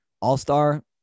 all-star